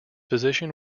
position